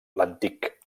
l’antic